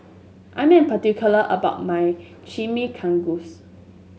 I am particular about my Chimichangas